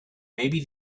maybe